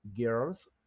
girls